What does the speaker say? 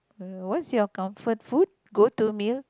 what's your comfort food go to meal